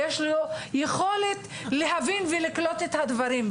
יש לו יכולת להבין ולקלוט את הדברים.